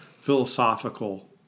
philosophical